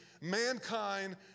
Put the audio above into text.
mankind